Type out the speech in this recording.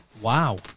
Wow